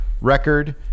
record